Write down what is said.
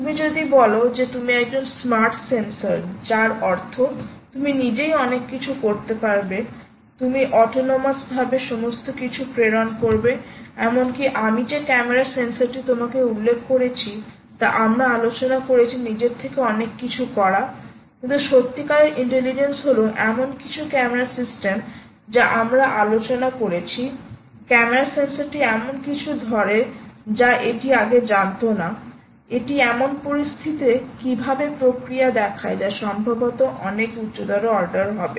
তুমি যদি বল যে তুমি একজন স্মার্ট সেন্সর যার অর্থ তুমি নিজেই অনেক কিছু করতে পারবে তুমি অটোনমাসভাবে সমস্ত কিছু প্রেরণ করবে এমনকি আমি যে ক্যামেরা সেন্সরটি তোমাকে উল্লেখ করেছি তা আমরা আলোচনা করেছি নিজে থেকে অনেক কিছু করা কিন্তু সত্যিকারের ইন্টেলিজেন্স হল এমন কিছু ক্যামেরা সিস্টেম যা আমরা আলোচনা করেছি ক্যামেরা সেন্সরটি এমন কিছু ধরে যা এটি আগে জানত না এটি এমন পরিস্থিতিতে কীভাবে প্রতিক্রিয়া দেখায় যা সম্ভবত অনেক উচ্চতর অর্ডার হবে